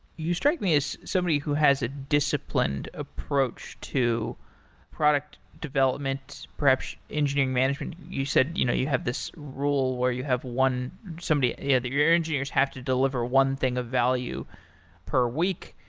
you strike me as somebody who has a disciplined approach to product development, perhaps engineering management. you said you know you have this rule where you have one, somebody yeah that your engineers have to deliver one thing of value per week.